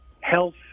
health